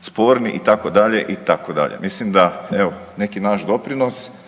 sporni, itd., itd. Mislim da, evo, neki naš doprinos